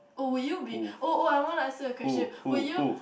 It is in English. oh would you be oh oh I want to ask you a question would you